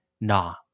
nah